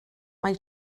mae